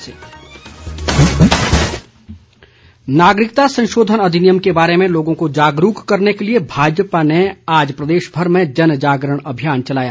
CAA नागरिकता संशोधन अधिनियम के बारे में लोगों को जागरूक करने के लिए भाजपा ने आज प्रदेशभर में जन जागरण अभियान चलाया